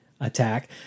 attack